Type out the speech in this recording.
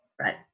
Right